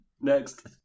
Next